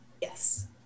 Yes